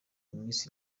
miss